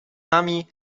nami